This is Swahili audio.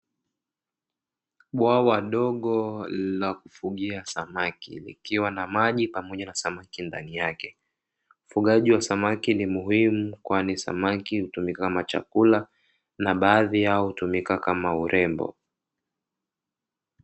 Bwawa dogo la kufugia samaki likiwa na maji pamoja na samaki ndani yake. Ufugaji wa samaki ni muhimu kwani samaki hutumika kama chakula na baadhi yao hutumika kama urembo.